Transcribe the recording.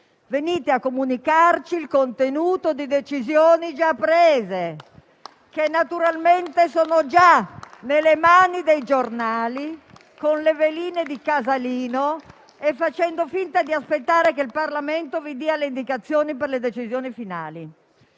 venite a comunicarci il contenuto di decisioni già prese, che naturalmente sono già nelle mani dei giornali, con le veline di Casalino, e facendo finta di aspettare che il Parlamento vi dia le indicazioni per le decisioni finali.